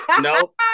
No